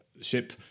Ship